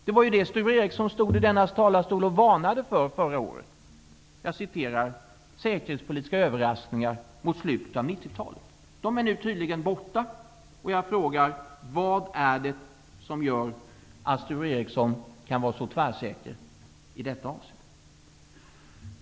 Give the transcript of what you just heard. Det var ju det som Sture Ericson varnade för förra året, ''säkerhetspolitiska överraskningar mot slutet av 90-talet.'' Risken för sådana är nu tydligen borta, och jag frågar: Vad är det som gör att Sture Ericson kan vara så tvärsäker i det avseendet?